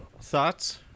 thoughts